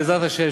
בעזרת השם,